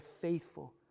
faithful